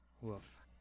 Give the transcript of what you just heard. woof